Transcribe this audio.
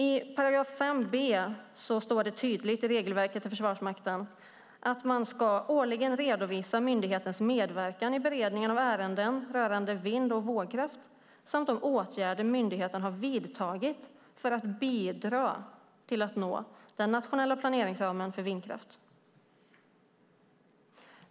I § 5 b i regelverket för Försvarsmakten står det tydligt att man årligen ska redovisa myndighetens medverkan i beredningen av ärenden rörande vind och vågkraft samt de åtgärder myndigheten vidtagit för att bidra till att nå den nationella planeringsramen för vindkraft.